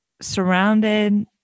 surrounded